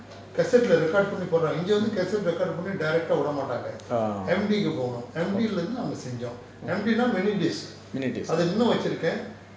cassette leh record பண்ணி போடுறோ இங்க வந்து:panni poduro inga vanthu cassette record பண்ண:panna direct ah உட மாட்டாங்க:uda maattanga M_D கு போகனும்:ku poganum M_D leh இருந்து நாங்க செஞ்சோம்:irunthu nanga senjom M_D னா:naa mini disk அது இன்னும் வச்சிருக்கேன்:athu innum vachirukaen